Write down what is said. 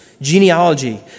genealogy